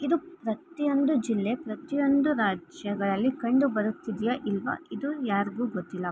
ಇದು ಪ್ರತಿಯೊಂದು ಜಿಲ್ಲೆ ಪ್ರತಿಯೊಂದು ರಾಜ್ಯಗಳಲ್ಲಿ ಕಂಡುಬರುತ್ತಿದೆಯಾ ಇಲ್ವ ಇದು ಯಾರಿಗು ಗೊತ್ತಿಲ್ಲ